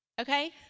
Okay